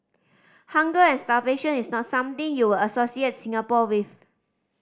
hunger and starvation is not something you would associate Singapore with